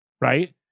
right